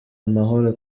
amahoro